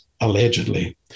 allegedly